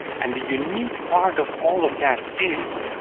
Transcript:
and the unique part of all of that is,